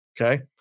Okay